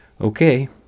Okay